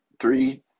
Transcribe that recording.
three